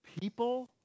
people